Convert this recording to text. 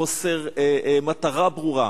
חוסר מטרה ברורה,